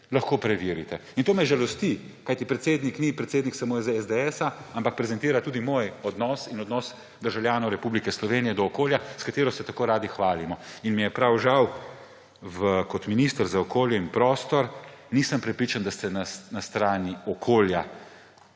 Lahko preverite. To me žalosti, kajti predsednik ni samo predsednik iz SDS, ampak prezentira tudi moj odnos in odnos državljanov Republike Slovenije do okolja, s katerim se tako radi hvalimo. In mi je prav žal, kot minister za okolje in prostor nisem prepričan, da ste na strani okolja.